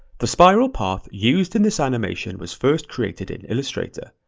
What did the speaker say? the spiral path used in this animation was first created in illustrator.